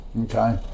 Okay